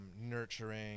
nurturing